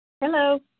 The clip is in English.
hello